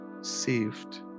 Saved